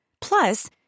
Plus